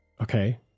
okay